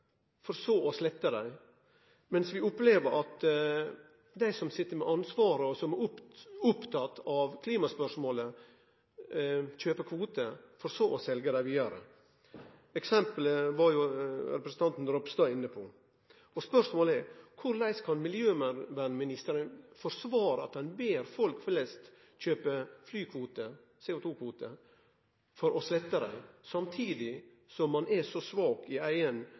for så å slette dei, mens vi opplever at dei som sit med ansvaret, og som er opptatt av klimaspørsmålet, kjøper kvotar, for så å selje dei vidare. Eksempelet var jo representanten Ropstad inne på. Spørsmålet er: Korleis kan miljøvernministeren forsvare at han ber folk flest kjøpe flykvotar, CO2-kvotar, for å slette dei, samtidig som han er så svak i eigen